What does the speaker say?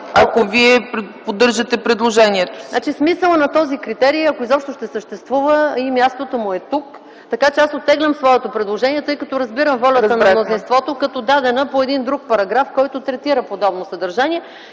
ако Вие поддържате предложението си. МАЯ МАНОЛОВА: Относно смисъла на този критерий, ако изобщо ще съществува и мястото му е тук, аз оттеглям своето предложение, тъй като разбирам волята на мнозинството като дадена по друг параграф, който третира подобно съдържание.